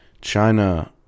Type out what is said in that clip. China